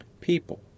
people